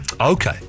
Okay